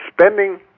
spending